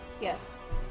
Yes